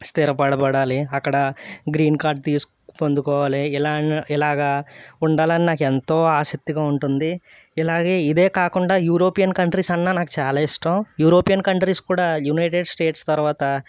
స్థిరపడబడాలి అక్కడ green card తీసుకోవాలి పొందుకోవాలి ఇలా ఇలాగా ఉండాలని నాకెంతో ఆసక్తిగా ఉంటుంది ఇలాగే ఇదే కాకుండా యూరోపియన్ కంట్రీస్ అన్నా నాకు చాలా ఇష్టం యూరోపియన్ కంట్రీస్ కూడా యునైటెడ్ స్టేట్స్ తరువాత